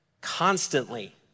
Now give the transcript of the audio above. Constantly